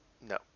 No